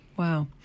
Wow